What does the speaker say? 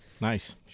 Nice